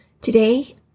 Today